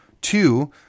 Two